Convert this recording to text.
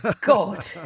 God